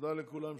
תודה לכולם שהגיעו.